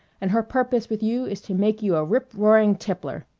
and her purpose with you is to make you a rip-roaring tippler.